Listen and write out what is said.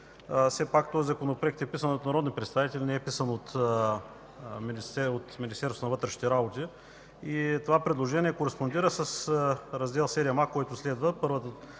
Все пак този Законопроект е писан от народни представители, а не е писан от министъра и от Министерството на вътрешните работи. Това предложение кореспондира с Раздел VІІа, който следва